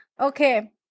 Okay